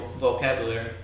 vocabulary